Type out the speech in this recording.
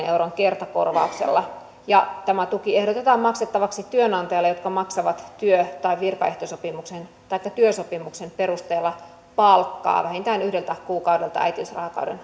euron kertakorvauksella tämä tuki ehdotetaan maksettavaksi työnantajille jotka maksavat työ tai virkaehtosopimuksen taikka työsopimuksen perusteella palkkaa vähintään yhdeltä kuukaudelta